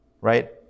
Right